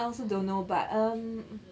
I also don't know but um